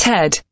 Ted